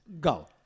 Go